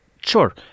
Sure